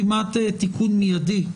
כמעט תיקון מידי.